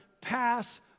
pass